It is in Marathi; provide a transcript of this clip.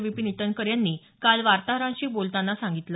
विपीन इटनकर यांनी काल वार्ताहरांशी बोलतांना सांगितलं